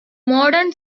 modern